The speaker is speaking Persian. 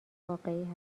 واقعی